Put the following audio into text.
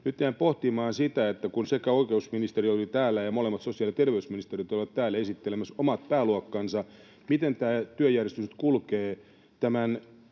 Nyt jäin pohtimaan sitä, että kun oikeusministeri oli täällä ja molemmat sosiaali- ja terveysministerit olivat täällä esittelemässä omat pääluokkansa, miten tämä työjärjestys nyt kulkee